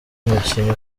umukinnyi